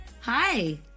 Hi